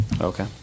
Okay